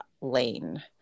lane